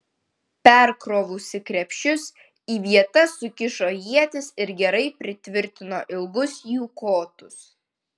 perkrovusi krepšius į vietas sukišo ietis ir gerai pritvirtino ilgus jų kotus